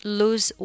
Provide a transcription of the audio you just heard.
lose